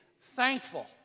thankful